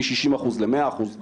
מ-60 אחוז ל-100 אחוז,